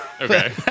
Okay